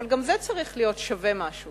אבל גם זה צריך להיות שווה משהו.